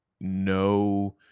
no